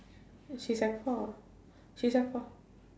she sec four she sec four